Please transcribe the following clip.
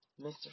Mr